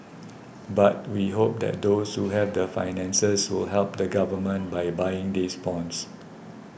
but we hope that those who have the finances will help the government by buying these bonds